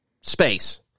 space